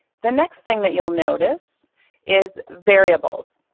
the next thing that you'll notice is variables.